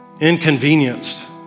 inconvenienced